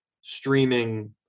streaming